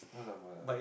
!alamak!